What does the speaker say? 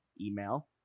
email